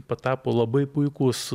patapo labai puikūs